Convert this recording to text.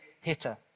hitter